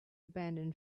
abandon